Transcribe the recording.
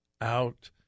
out